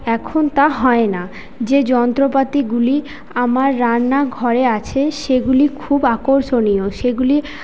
এখন তা হয় না যে যন্ত্রপাতিগুলি আমার রান্না ঘরে আছে সেগুলি খুব আকর্ষণীয় সেগুলি